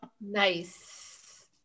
Nice